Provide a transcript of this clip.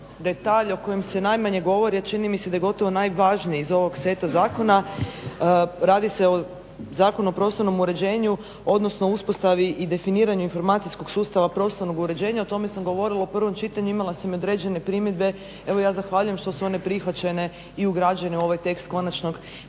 detalj o kojem se najmanje govori a čini mi se da je gotovo najvažniji iz ovog seta zakona. Radi se o Zakonu o prostornom uređenju odnosno uspostavi i definiranju informacijskog sustava prostornog uređenja. O tome sam govorila u prvom čitanju i imala sam određene primjedbe. Evo ja zahvaljujem što su one prihvaćene i ugrađene u ovaj tekst ovog